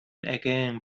again